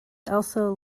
also